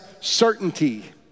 certainty